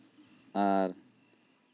ᱟᱨ